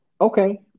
Okay